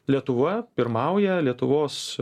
lietuvoje pirmauja lietuvos